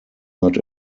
not